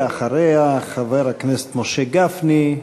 אחריה, חבר הכנסת משה גפני,